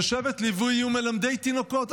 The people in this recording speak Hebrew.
ששבט לוי יהיו מלמדי תינוקות,